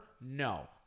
No